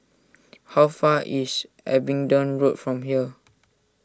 how far is Abingdon Road from here